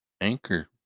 Anchor